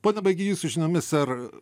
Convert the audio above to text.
pone baigy jūsų žiniomis ar